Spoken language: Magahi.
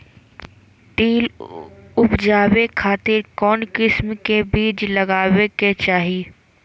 तिल उबजाबे खातिर कौन किस्म के बीज लगावे के चाही?